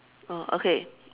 oh okay